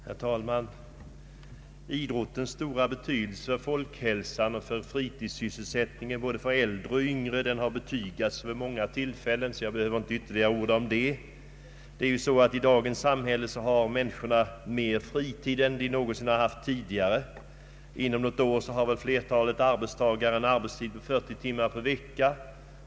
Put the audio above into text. Herr talman! Idrottens stora betydelse för folkhälsan och fritidssysselsättningen för både äldre och yngre har betygats vid så många tillfällen att jag inte behöver orda ytterligare om det. I dagens samhälle har människorna mera fritid än de någonsin haft tidigare. Inom något år har flertalet arbetstagare en arbetstid av 40 timmar per vecka.